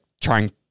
trying